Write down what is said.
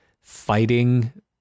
fighting